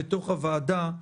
בתוך הוועדה,